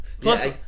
Plus